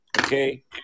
okay